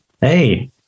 Hey